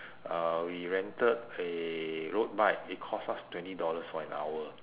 uh we rented a road bike it cost us twenty dollars for an hour